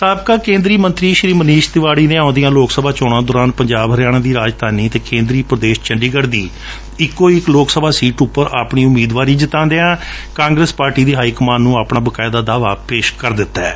ਸਾਬਕਾ ਕੇ'ਦਰੀ ਮੰਤਰੀ ਮਨੀਸ਼ ਤਿਵਾਤੀ ਨੇ ਆਉ'ਦੀਆਂ ਲੋਕ ਸਭਾ ਚੋਣਾਂ ਦੋਰਾਨ ਪੰਜਾਬ ਹਰਿਆਣਾ ਦੀ ਰਾਜਧਾਨੀ ਅਤੇ ਕੇ'ਦਰੀ ਪੁਦੇਸ਼ ਚੰਡੀਗੜ ਦੀ ਇਕੋ ਇਕ ਲੋਕ ਸਭਾ ਸੀਟ ਉਪਰ ਆਪਣੀ ਉਮੀਦਵਾਰੀ ਜਤਾਉਦਿਆਂ ਕਾਂਗਰਸ ਪਾਰਟੀ ਦੀ ਹਾਈ ਕਮਾਨ ਨੂੰ ਆਪਣਾ ਬਕਾਇਦਾ ਦਾਅਵਾ ਪੇਸ਼ ਕਰ ਦਿੱਤੈ